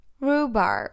Rhubarb